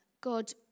God